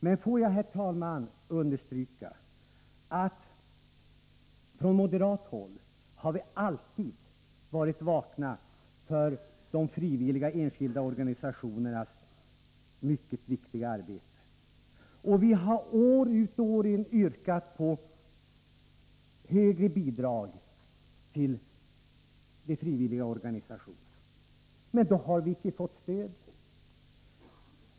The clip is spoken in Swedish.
Men låt mig, herr talman, understryka att vi från moderat håll alltid varit vakna för de frivilliga, enskilda organisationernas mycket viktiga arbete. Vi har år ut och år in yrkat på högre bidrag till de frivilliga organisationerna. Men då har vi inte fått stöd.